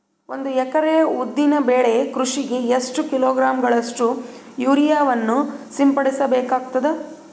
ಒಂದು ಎಕರೆ ಉದ್ದಿನ ಬೆಳೆ ಕೃಷಿಗೆ ಎಷ್ಟು ಕಿಲೋಗ್ರಾಂ ಗಳಷ್ಟು ಯೂರಿಯಾವನ್ನು ಸಿಂಪಡಸ ಬೇಕಾಗತದಾ?